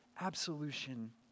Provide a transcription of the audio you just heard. absolution